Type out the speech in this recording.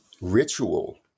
ritual